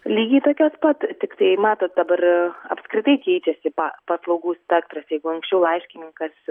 lygiai tokios pat tiktai matot dabar apskritai keičiasi paslaugų spektras jeigu anksčiau laiškininkas